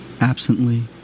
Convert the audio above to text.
Absently